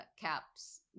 caps